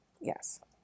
yes